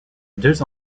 deux